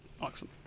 Awesome